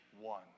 One